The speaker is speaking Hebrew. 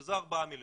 שזה ארבעה מיליון.